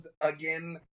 again